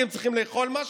כי הם צריכים לאכול משהו,